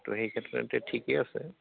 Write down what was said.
তো সেই ক্ষেত্ৰতে ঠিকেই আছে